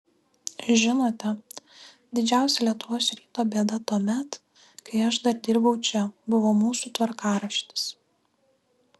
žinote didžiausia lietuvos ryto bėda tuomet kai aš dar dirbau čia buvo mūsų tvarkaraštis